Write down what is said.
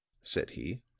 said he,